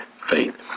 faith